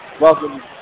Welcome